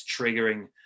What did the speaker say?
triggering